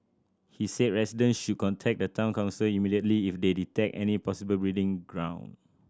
he said residents should contact the Town Council immediately if they detect any possible breeding ground